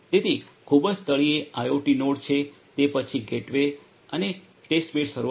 તેથી ખૂબ જ તળિયે આઇઓટી નોડ છે તે પછી ગેટવે અને ટેસ્ટબેડ સર્વર છે